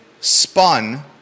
spun